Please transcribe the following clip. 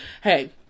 hey